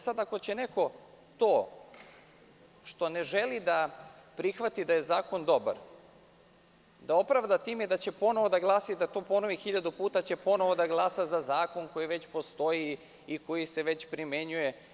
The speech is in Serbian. Sada ako će neko to, što ne želi da prihvati da je zakon dobar, da opravda time što će ponovo da glasa i da to ponovi hiljadu puta, da glasa za zakon koji postoji i koji se već primenjuje…